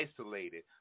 isolated